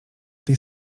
tej